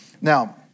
Now